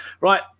right